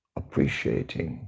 appreciating